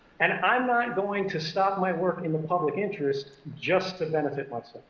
and i'm not going to stop my work in the public interest just to benefit myself.